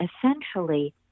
Essentially